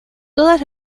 todas